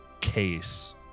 case